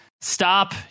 stop